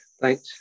Thanks